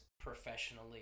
professionally